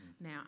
Now